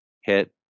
hit